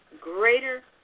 greater